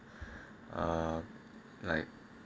uh like